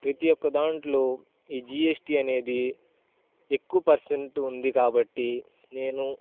ప్రతి ఒక్క దానిలో ఈ జీ ఎస్ టీ అనేది ఎక్కువ పర్సెంట్ ఉంది కాబట్టి నేను